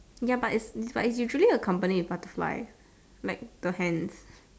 ya but it's but it's usually accompanied with butterfly like the hands